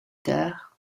tard